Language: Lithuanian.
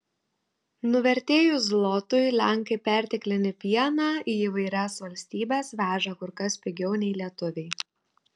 nuvertėjus zlotui lenkai perteklinį pieną į įvairias valstybes veža kur kas pigiau nei lietuviai